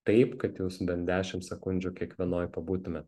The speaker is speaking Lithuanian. taip kad jūs bent dešim sekundžių kiekvienoj pabūtumėt